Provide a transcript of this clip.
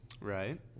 Right